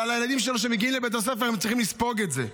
כשהם מגיעים לבית הספר הם צריכים לספוג את זה.